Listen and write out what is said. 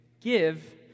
Give